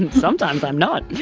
and sometimes i'm not.